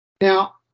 Now